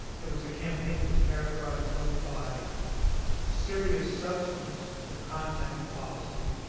it was a campaign that was characterized both by serious substance, of content, policy,